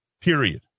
Period